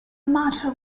matter